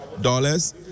dollars